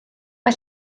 mae